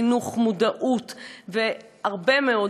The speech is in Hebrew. חינוך, מודעות, והרבה מאוד,